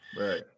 Right